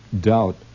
doubt